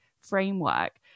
framework